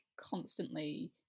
constantly